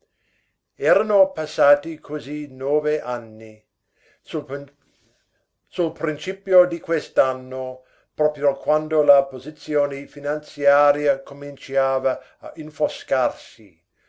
erano passati così nove anni sul principio di quest'anno proprio quando la posizione finanziaria cominciava a